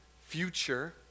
future